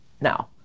now